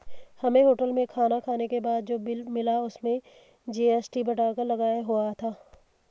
हमें होटल में खाना खाने के बाद जो बिल मिला उसमें जी.एस.टी बढ़ाकर लगाया हुआ था